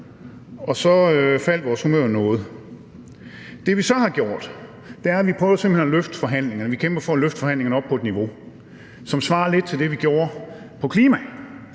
og så faldt vores humør noget. Det, vi så har gjort, er, at vi simpelt hen prøver at løfte forhandlingerne. Vi kæmper for at løfte forhandlingerne op på et niveau, som svarer lidt til det, vi gjorde på